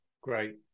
great